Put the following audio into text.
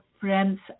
friends